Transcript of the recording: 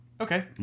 Okay